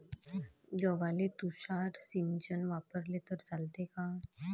गव्हाले तुषार सिंचन वापरले तर चालते का?